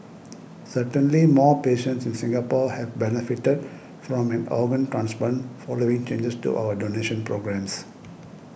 certainly more patients in Singapore have benefited from an organ transplant following changes to our donation programmes